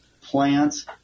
plants